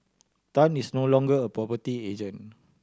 Tan is no longer a property agent